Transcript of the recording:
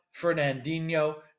Fernandinho